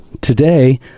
Today